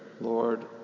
Lord